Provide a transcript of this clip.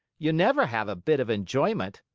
you never have a bit of enjoyment.